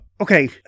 okay